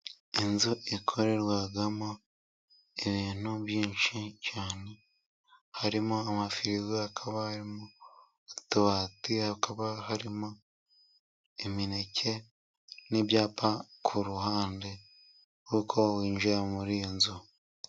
Inzu ikorerwamo ibintu byinshi cyane. Harimo amafirigo hakabamo utubati, hakaba harimo imineke n'ibyapa ku ruhande. Uko winjiye muri iyo nzu.